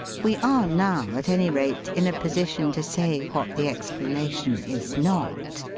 we are now, at any rate, in a position to say what the ex planation is not.